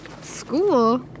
School